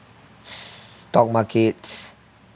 stock markets